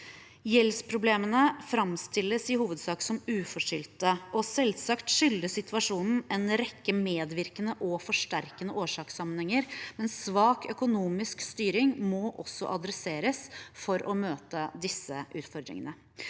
problemene framstilles i hovedsak som uforskyldte. Selvsagt skyldes situasjonen en rekke medvirkende og forsterkende årsakssammenhenger, men svak økonomisk styring må også tas tak i for å møte disse utfordringene.